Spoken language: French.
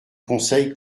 conseil